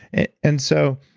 and and so,